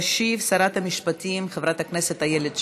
תשיב שרת המשפטים חברת הכנסת איילת שקד.